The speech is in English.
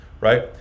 Right